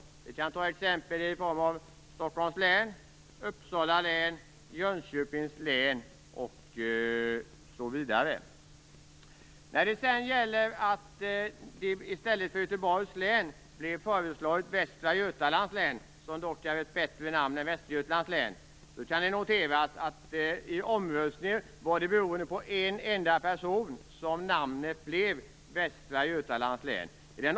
Jag kan ge några exempel: Stockholms län, Uppsala län och Jönköpings län. Götalands län. Det är dock ett bättre namn än Västergötlands län. Det kan noteras att namnförslaget blev Västra Götalands län beroende på en enda person i omröstningen.